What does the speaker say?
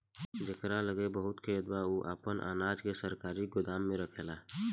जेकरा लगे बहुत खेत बा उ आपन अनाज के सरकारी गोदाम में रखेला